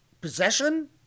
possession